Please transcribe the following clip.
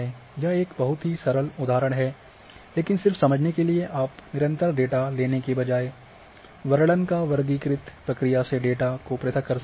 यह एक बहुत ही सरल उदाहरण है लेकिन सिर्फ समझने के लिए आप निरंतर डेटा लेने के बजाये वर्णन कर वर्गीकृत प्रक्रिया से डेटा को पृथक कर सकते हैं